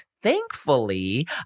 Thankfully